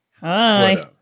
Hi